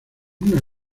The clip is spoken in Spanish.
una